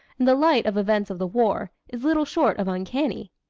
in the light of events of the war, is little short of uncanny.